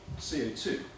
CO2